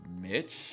Mitch